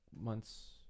months